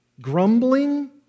grumbling